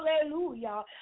hallelujah